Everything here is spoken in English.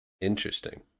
Interesting